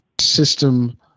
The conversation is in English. system